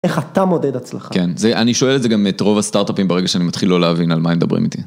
איך אתה מודד הצלחה? כן, אני שואל את זה גם את רוב הסטארט-אפים ברגע שאני מתחיל לא להבין על מה הם מדברים איתי.